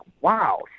wow